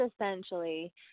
essentially